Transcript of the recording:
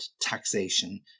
taxation